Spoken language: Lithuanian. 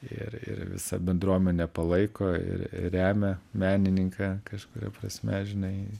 ir ir visa bendruomenė palaiko ir remia menininką kažkuria prasme žinai